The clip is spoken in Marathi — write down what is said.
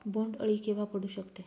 बोंड अळी केव्हा पडू शकते?